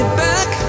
back